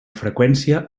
freqüència